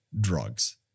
drugs